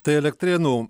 tai elektrėnų